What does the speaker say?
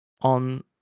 on